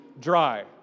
dry